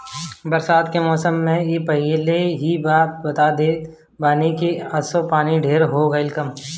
बरसात के मौसम में इ पहिले ही बता देत बाने की असो पानी ढेर होई की कम